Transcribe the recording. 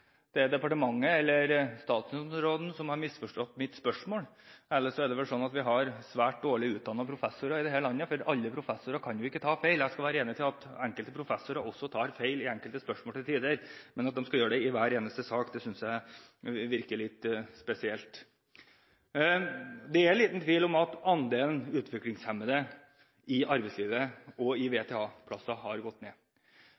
er det departementet eller statsråden som har misforstått mitt spørsmål, eller så er det vel sånn at vi har svært dårlig utdannede professorer i dette landet, for alle professorer kan jo ikke ta feil. Jeg skal være enig i at til tider tar enkelte professorer feil i enkelte spørsmål, men at de skal gjøre det i hver eneste sak, synes jeg virker litt spesielt. Det er liten tvil om at andelen utviklingshemmede i arbeidslivet og i VTA-plasser har gått ned.